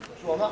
זה מה שהוא אמר,